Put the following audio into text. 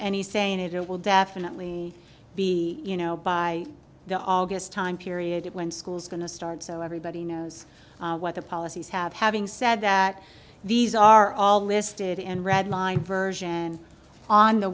any say in it it will definitely be you know by the august time period when school's going to start so everybody knows what the policies have having said that these are all listed and read line version on